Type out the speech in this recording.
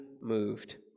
moved